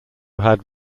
had